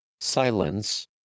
silence